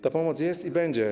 Ta pomoc jest i będzie.